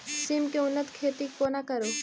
सिम केँ उन्नत खेती कोना करू?